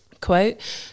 Quote